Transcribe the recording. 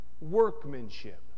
workmanship